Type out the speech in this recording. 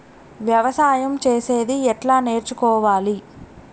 వ్యవసాయం చేసేది ఎట్లా నేర్చుకోవాలి?